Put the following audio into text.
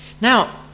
Now